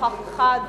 נוכח אחד.